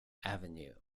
avenue